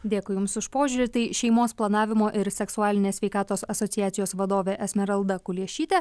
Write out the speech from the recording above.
dėkui jums už požiūrį tai šeimos planavimo ir seksualinės sveikatos asociacijos vadovė esmeralda kuliešytė